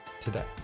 today